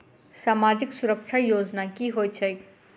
सामाजिक सुरक्षा योजना की होइत छैक?